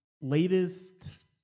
latest